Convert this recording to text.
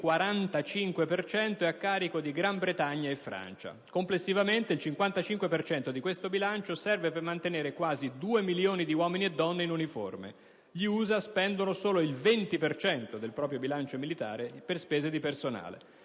è a carico di Gran Bretagna e Francia. Complessivamente il 55 per cento di questo bilancio serve per mantenere quasi 2 milioni di uomini e donne in uniforme. Gli USA spendono solo il 20 per cento del proprio bilancio militare per spese di personale;